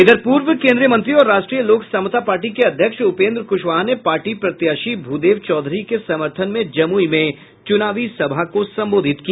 इधर पूर्व केन्द्रीय मंत्री और राष्ट्रीय लोक समता पार्टी के अध्यक्ष उपेन्द्र कुशवाहा ने पार्टी प्रत्याशी भूदेव चौधरी के समर्थन में जमुई में चुनावी सभा को संबोधित किया